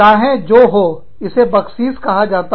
चाहे जो हो इसे बक्शीश कहा जाता है